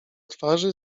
twarzy